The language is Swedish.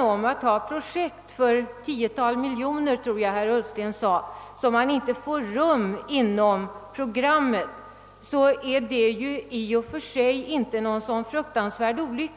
om projekt för flera tiotal miljoner — som jag tror att han sade — vilka vi inte får rum med inom programmet, så är det i och för sig inte någon stor olycka.